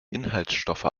inhaltsstoffe